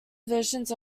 versions